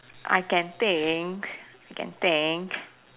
I can think can think